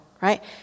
right